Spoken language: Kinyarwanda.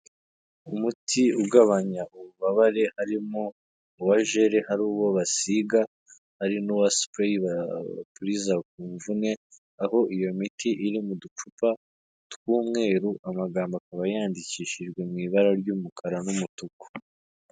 Umuti ugabanya ububabare harimo uwa jele, hari uwo basiga, hari n'uwa spray bapuriza ku mvune, aho iyo miti iri mu ducupa tw'umweru, amagambo akaba yandikishijwe mu ibara ry'umukara n'umutuku.